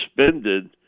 suspended